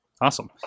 Awesome